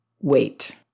wait